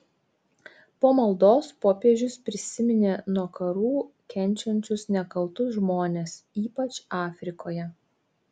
po maldos popiežius prisiminė nuo karų kenčiančius nekaltus žmones ypač afrikoje